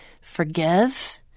Forgive